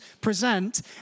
present